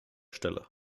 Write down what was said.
stelle